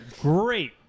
great